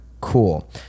cool